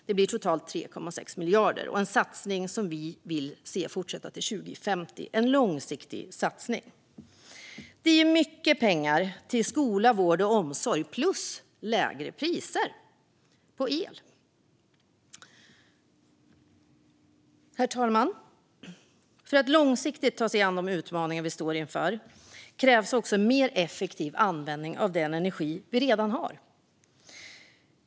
Det blir totalt 3,6 miljarder. Det är en satsning som vi vill se fortsätta till 2050, en långsiktig satsning som ger mycket pengar till skola, vård och omsorg plus lägre priser på el. Herr talman! För att långsiktigt ta sig an de utmaningar vi står inför krävs också mer effektiv användning av den energi vi redan har.